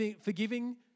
Forgiving